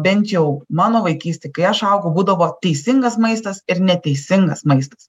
bent jau mano vaikystėj kai aš augau būdavo teisingas maistas ir neteisingas maistas